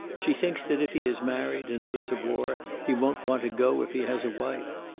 she thinks that if he is married, and there is a war, he won't want to go if he has a wife.